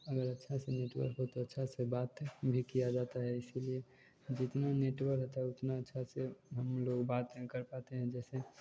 अगर अच्छा से नेटवर्क हो तो अच्छा से बात भी किया जाता है इसीलिए जितना नेटवर्क आता है उतना अच्छा से हम लोग बातें कर पाते हैं जैसे